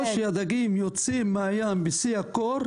הדגים יוצאים מהים בשיא הקור,